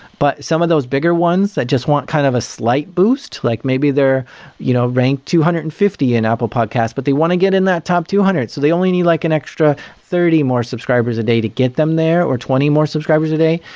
but some of those bigger ones that just want kind of a slight boost, like maybe they're you know ranked two hundred and fifty in apple podcasts, but they want to get in that top two hundred. so they only need like an extra thirty more subscribers a day to get them there, or twenty more subscribers a day,